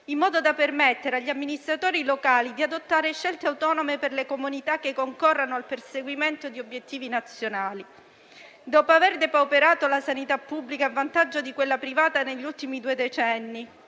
in modo da permettere agli amministratori locali di adottare scelte autonome per le comunità che concorrono al perseguimento di obiettivi nazionali. Dopo aver depauperato la sanità pubblica a vantaggio di quella privata negli ultimi due decenni,